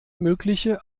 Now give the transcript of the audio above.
mögliche